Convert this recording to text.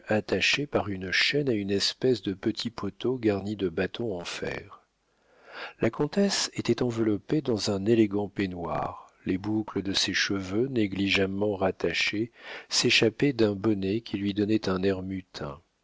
attaché par une chaîne à une espèce de petit poteau garni de bâtons en fer la comtesse était enveloppée dans un élégant peignoir les boucles de ses cheveux négligemment rattachés s'échappaient d'un bonnet qui lui donnait un air